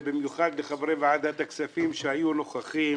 ובמיוחד את חברי ועדת הכספים שהיו נוכחים